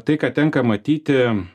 tai ką tenka matyti